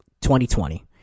2020